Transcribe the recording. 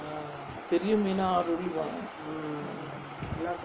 பெரிய மீனு ஆறு வெள்ளி தான்:periya meenu aaru velli thaan